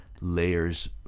layers